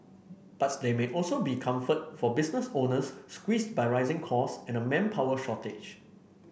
but there may also be comfort for business owners squeezes by rising costs and a manpower shortage